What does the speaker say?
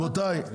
רבותי,